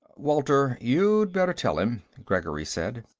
walter, you'd better tell him, gregory said.